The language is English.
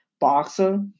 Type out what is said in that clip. boxer